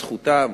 זכותם,